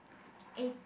eight~